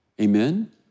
Amen